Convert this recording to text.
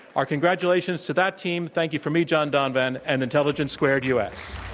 ourcongratulations to that team. thank you for me, john donvan and intelligence squared u. s.